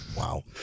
Wow